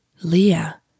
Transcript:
Leah